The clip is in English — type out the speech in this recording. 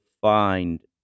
find